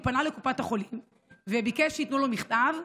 הוא פנה לקופת החולים וביקש שייתנו לו מכתב.